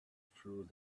through